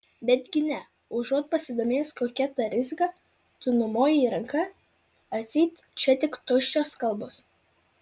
betgi ne užuot pasidomėjęs kokia ta rizika tu numojai ranka atseit čia tik tuščios kalbos